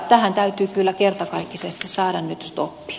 tähän täytyy kyllä kertakaikkisesti saada nyt stoppi